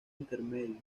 intermedios